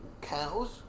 cows